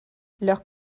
leur